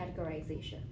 categorization